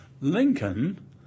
Lincoln